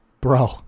bro